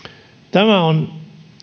tämä on